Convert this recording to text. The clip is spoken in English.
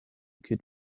could